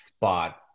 spot